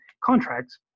contracts